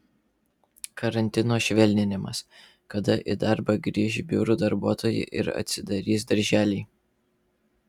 karantino švelninimas kada į darbą grįš biurų darbuotojai ir atsidarys darželiai